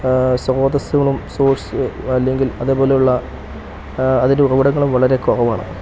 സ്രോതസ്സുകളും സോഴ്സ്ക അല്ലെങ്കിൽ അതേപോലെയുള്ള ആ അതിന്റെ ഉറവിടങ്ങളും വളരെ കുറവാണ്